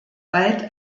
bald